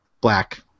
Black